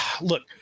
Look